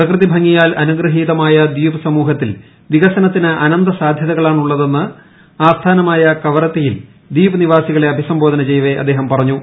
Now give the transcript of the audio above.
പ്രകൃതി ഭംഗിയാൽ അനുഗൃഹീതമായ ദ്വീപ് സമൂഹത്തിൽ വികസനത്തിന് അനന്തസാധ്യതകളാണ് ഉള്ളതെന്ന് ആസ്ഥാനമായ കവരത്തിയിൽ ദ്വീപ് നിവാസികളെ അഭിസംബോധന ചെയ്യവെ അദ്ദേഹം പറഞ്ഞു